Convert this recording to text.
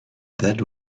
that